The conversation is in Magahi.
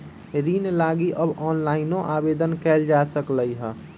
ऋण लागी अब ऑनलाइनो आवेदन कएल जा सकलई ह